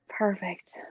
Perfect